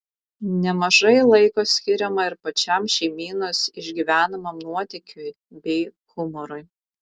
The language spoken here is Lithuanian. nemažai laiko skiriama ir pačiam šeimynos išgyvenamam nuotykiui bei humorui